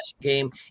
game